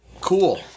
Cool